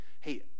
Hey